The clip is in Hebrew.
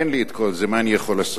אין לי את כל זה, מה אני יכול לעשות?